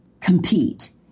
compete